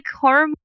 horror